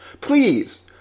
Please